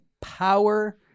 Power